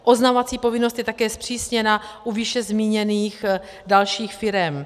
Oznamovací povinnost je také zpřísněna u výše zmíněných dalších firem.